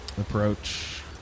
Approach